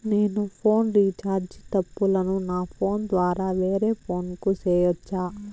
నేను phone recharge తప్పులను నా ఫోను ద్వారా వేరే ఫోను కు సేయొచ్చా?